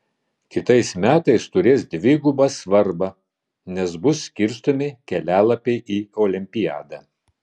kitais metais turės dvigubą svarbą nes bus skirstomi kelialapiai į olimpiadą